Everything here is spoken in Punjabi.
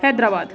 ਹੈਦਰਾਬਾਦ